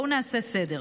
בואו נעשה סדר.